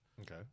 Okay